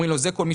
יותר